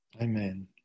Amen